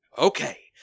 Okay